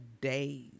days